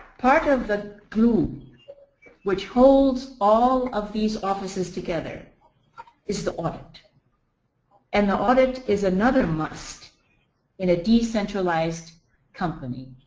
part of the glue which holds all of these offices together is the audit and the audit is another must in a decentralized company.